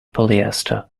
polyester